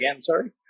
sorry